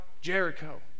Jericho